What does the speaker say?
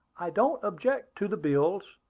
i don't object to the bills,